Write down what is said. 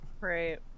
Right